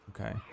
Okay